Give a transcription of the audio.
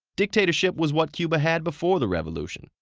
dictatorship was what cuba had before the revolution.